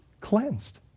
cleansed